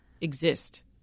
exist